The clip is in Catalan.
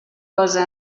cosa